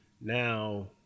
now